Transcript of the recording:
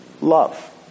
Love